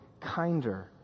kinder